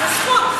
זו זכות,